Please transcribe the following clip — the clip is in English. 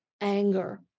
anger